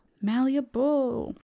Malleable